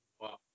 Wow